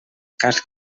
cas